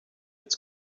its